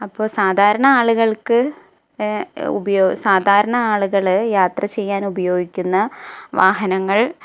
അപ്പോള് സാധാരണ ആളുകൾക്ക് സാധാരണ ആളുകള് യാത്ര ചെയ്യാൻ ഉപയോഗിക്കുന്ന വാഹനങ്ങൾ